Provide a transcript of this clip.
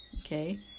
okay